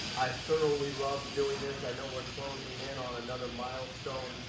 i totally love doing this, i know we're closing in on another milestone